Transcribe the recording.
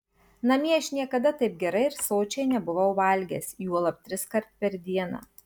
namie aš niekada taip gerai ir sočiai nebuvau valgęs juolab triskart per dieną